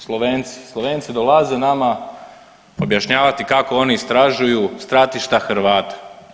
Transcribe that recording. Slovenci, Slovenci dolaze nama objašnjavati kako oni istražuju stratišta Hrvata.